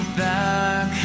back